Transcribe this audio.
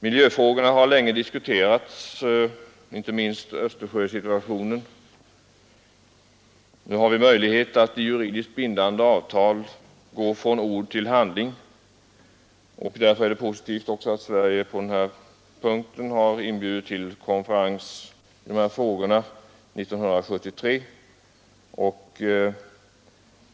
Miljöfrågorna har länge diskuterats, framför allt Östersjösituationen. Nu kan vi genom juridiskt bindande avtal gå från ord till handling. Därför är det positivt att Sverige och Finland på den här punkten har inbjudit till överläggningar om dessa frågor.